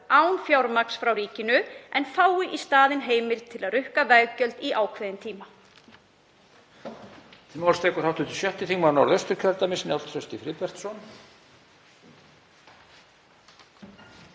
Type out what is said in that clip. án fjármagns frá ríkinu en fái í staðinn heimild til að rukka veggjöld í ákveðinn tíma.